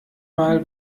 mal